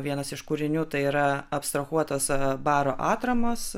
vienas iš kūrinių tai yra abstrahuotos baro atramos